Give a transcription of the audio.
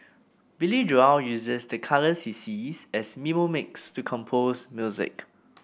Billy Joel uses the colours he sees as mnemonics to compose music